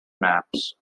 maps